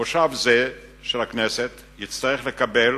מושב זה של הכנסת יצטרך לקבל